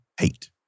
hate